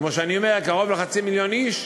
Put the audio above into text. כמו שאני אומר, קרוב לחצי מיליון איש,